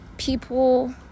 people